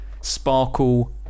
sparkle